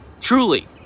Truly